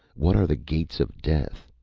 what are the gates of death?